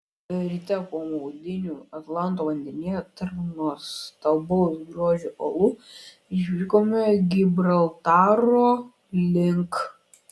ryte po maudynių atlanto vandenyne tarp nuostabaus grožio uolų išvykome gibraltaro link